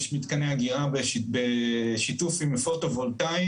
יש מתקני אגירה בשיתוף עם פוטו-וולטאי.